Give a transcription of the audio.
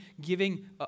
giving